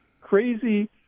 crazy